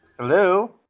Hello